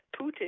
Putin